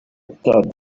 thought